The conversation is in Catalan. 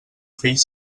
fill